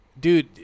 dude